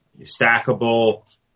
stackable